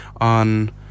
on